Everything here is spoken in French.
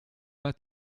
pas